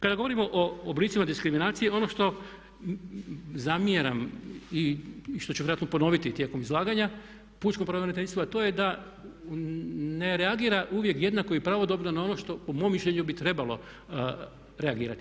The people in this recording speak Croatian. Kada govorimo o oblicima diskriminacije ono što zamjeram i što ću vjerojatno ponoviti tijekom izlaganja, pučko pravobraniteljstvo a to je da ne reagira uvijek jednako i pravodobno na ono što po mom mišljenju bi trebalo reagirati.